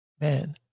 man